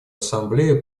ассамблея